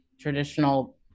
traditional